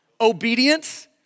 Obedience